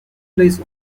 place